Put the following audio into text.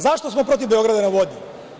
Zašto smo protiv „Beograda na vodi“